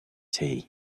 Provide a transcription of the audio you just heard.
tea